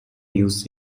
news